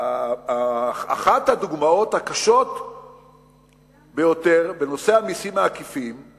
אחת הדוגמאות הקשות ביותר בנושא המסים העקיפים היא